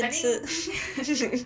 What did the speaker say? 骗吃